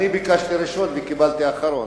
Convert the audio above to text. אני ביקשתי ראשון וקיבלתי אחרון.